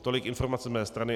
Tolik informace z mé strany.